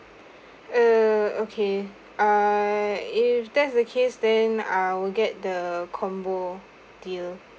uh okay ah if that's the case then I'll get the combo deal